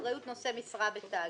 אחריות נושא משרה בתאגיד.